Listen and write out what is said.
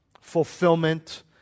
fulfillment